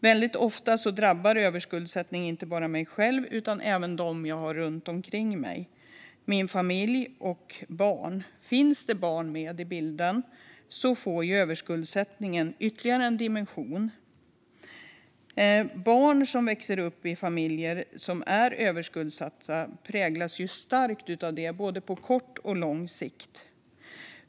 Väldigt ofta drabbar överskuldsättningen inte bara mig själv utan även dem som finns runt omkring mig, min familj och mina barn. Finns barn med i bilden får överskuldsättningen ytterligare en dimension. Barn som växer upp i familjer som är överskuldsatta präglas starkt av det på både kort och lång sikt.